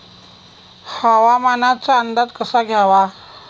हवामानाचा अंदाज कसा घ्यावा?